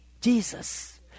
Jesus